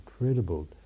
incredible